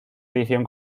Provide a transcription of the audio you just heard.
edición